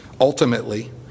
Ultimately